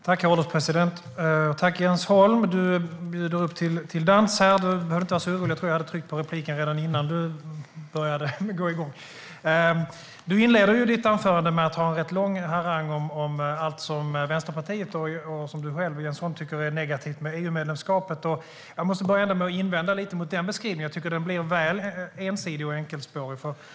Herr ålderspresident! Jag tackar Jens Holm, som bjuder upp till dans. Men han hade inte behövt vara orolig - jag tror att jag tryckte på replikknappen redan innan han gick igång. Jens Holm inleder sitt anförande med en rätt lång harang om allt som Vänsterpartiet och han själv tycker är negativt med EU-medlemskapet. Jag måste invända lite mot den beskrivningen, som jag tycker blir väl ensidig och enkelspårig.